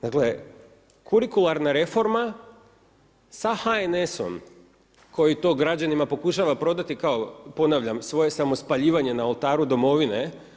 Dakle, kurikularna reforma sa HNS-om koji to građanima pokušava prodati kao ponavlja svoje samospaljivanje na oltaru Domovine.